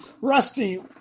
Rusty